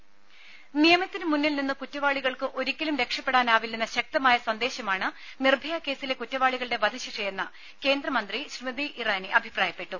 ടെട നിയമത്തിനു മുന്നിൽ നിന്ന് കുറ്റവാളികൾക്ക് ഒരിക്കലും രക്ഷപ്പെടാനാവില്ലെന്ന ശക്തമായ സന്ദേശമാണ് നിർഭയ കേസിലെ കുറ്റവാളികളുടെ വധശിക്ഷയെന്ന് കേന്ദ്രമന്ത്രി സ്മൃതി ഇറാനി അഭിപ്രായപ്പെട്ടു